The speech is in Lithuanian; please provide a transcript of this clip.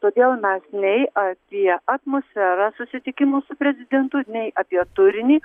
todėl mes nei apie atmosferą susitikimo su prezidentu nei apie turinį